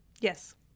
Yes